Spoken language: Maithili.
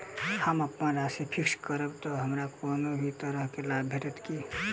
हम अप्पन राशि फिक्स्ड करब तऽ हमरा कोनो भी तरहक लाभ भेटत की?